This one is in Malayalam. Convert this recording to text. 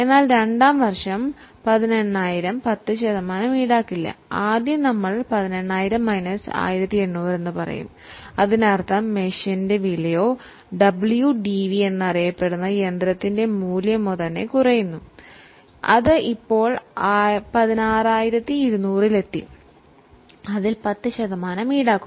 എന്നാൽ 2 ാം വർഷത്തിൽ 18000 ന് നമ്മൾ 10 ശതമാനം ഈടാക്കില്ല നമ്മൾ ആദ്യം ചെയ്യുന്നത് 18000 മൈനസ് 1800 ചെയ്യും അതിനർത്ഥം മെഷീന്റെ വിലയോ യന്ത്രത്തിന്റെ മൂല്യമോ എന്നറിയപ്പെടുന്ന WDV തന്നെ കുറയുന്നു അത് ഇപ്പോൾ 16200 ൽ എത്തി അതിൽ നമ്മൾ 10 ശതമാനം ഈടാക്കുന്നു